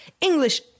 English